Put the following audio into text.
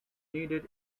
needed